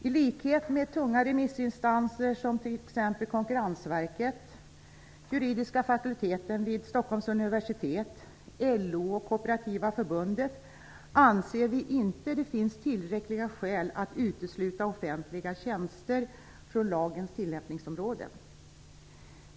I likhet med tunga remissinstanser som t.ex. Konkurrensverket, juridiska fakulteten vid Stockholms universitet, LO och Kooperativa förbundet anser vi inte att det finns tillräckliga skäl att utesluta offentliga tjänster från lagens tillämpningsområde.